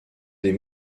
des